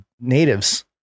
natives